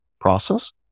process